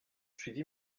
suivi